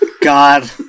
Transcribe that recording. god